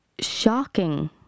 shocking